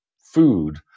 food